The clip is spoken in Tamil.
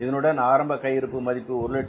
இதனுடன் ஆரம்ப கையிருப்பு மதிப்பு 130000